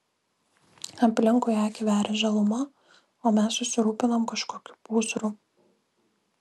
aplinkui akį veria žaluma o mes susirūpinom kažkokiu pūzru